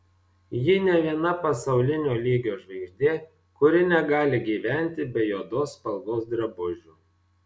ji ne viena pasaulinio lygio žvaigždė kuri negali gyventi be juodos spalvos drabužių